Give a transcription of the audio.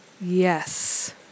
Yes